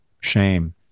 shame